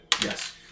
Yes